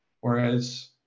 whereas